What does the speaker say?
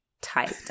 typed